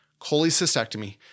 cholecystectomy